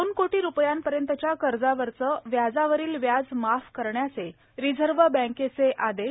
दोन कोटी रूपयांपर्यंतच्या कर्जावरचं व्याजावरील व्याज माफ करण्याचे रिझर्व्ह बॅकेचे आदेश